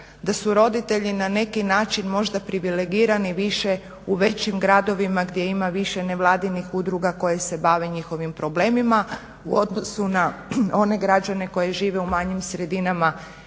da su roditelji na neki način možda privilegirani više u većim gradovima gdje ima više nevladinih udruga koje se bave njihovim problemima u odnosu na one građane koji žive u manjim sredinama